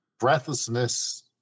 breathlessness